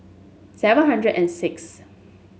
seven hundred and sixth